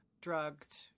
drugged